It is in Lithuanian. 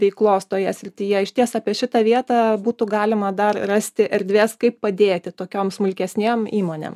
veiklos toje srityje išties apie šitą vietą būtų galima dar rasti erdvės kaip padėti tokiom smulkesnėm įmonėm